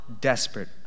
desperate